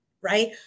right